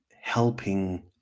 helping